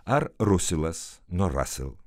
ar rusilas nuo rasl